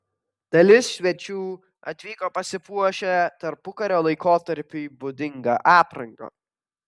dalis svečių atvyko pasipuošę tarpukario laikotarpiui būdinga apranga